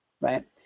right